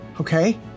Okay